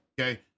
Okay